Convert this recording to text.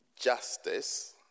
justice